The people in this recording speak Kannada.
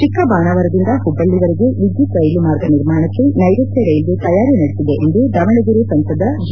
ಚಿಕ್ಕ ಬಾಣಾವರದಿಂದ ಹಬ್ಬಳ್ಳವರೆಗೆ ಎದ್ದುತ್ ರೈಲು ಮಾರ್ಗ ನಿರ್ಮಾಣಕ್ಕೆ ನೈರುತ್ತ ರೈಲ್ವೆ ತಯಾರಿ ನಡೆಸಿದೆ ಎಂದು ದಾವಣಗೆರೆ ಸಂಸದ ಜಿ